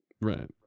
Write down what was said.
Right